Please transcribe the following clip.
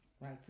Right